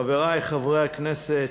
חברי חברי הכנסת,